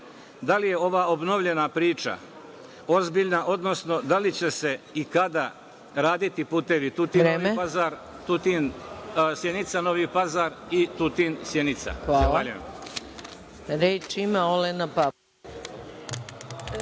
da li je ova obnovljena priča ozbiljna, odnosno da li će se i kada raditi putevi Tutin-Novi Pazar, Sjenica-Novi Pazar i Tutin-Sjenica?